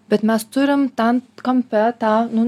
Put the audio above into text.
bet mes turime ten kampe tą nu